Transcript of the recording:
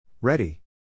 Ready